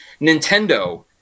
Nintendo